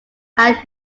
are